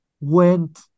went